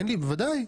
בוודאי.